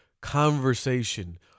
conversation